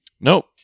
Nope